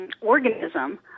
organism